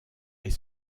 est